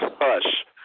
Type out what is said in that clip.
hush